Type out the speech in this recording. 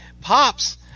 Pops